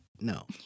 No